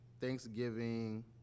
thanksgiving